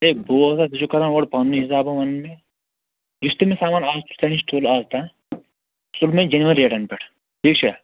ہَے بوز حظ ژٕ کران اورٕ پنہٕ نُے حِساباہ ونان یُس تہِ مےٚ سامان ازتام ژےٚ نِش تُل اَزتام سُہ تُل مےٚ جینون ریٹن پیٚٹھ ٹھیٖک چھا